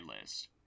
list